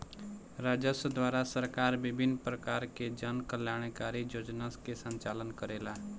राजस्व द्वारा सरकार विभिन्न परकार के जन कल्याणकारी योजना के संचालन करेला